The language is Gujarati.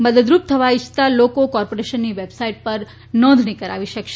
મદદરૂપ થવા ઇચ્છતા લોકો કોર્પોરેશનની વેબસાઇટ પર નોંધણી કરાવી શકશે